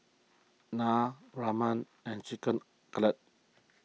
Naan Ramen and Chicken Cutlet